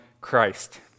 Christ